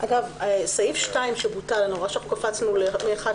היו שלבים שכן היו הוראות